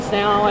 now